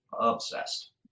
obsessed